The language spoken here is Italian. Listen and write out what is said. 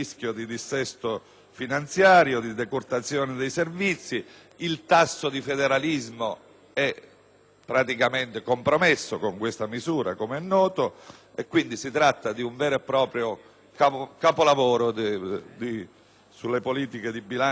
praticamente compromesso, quindi si tratta di un vero e proprio capolavoro sulle politiche di bilancio e di finanza pubblica che richiederebbe un chiarimento urgente. Peraltro, essendo pacifico